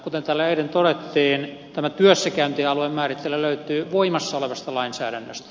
kuten täällä eilen todettiin tämä työssäkäyntialueen määrittely löytyy voimassa olevasta lainsäädännöstä